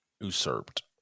Usurped